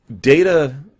Data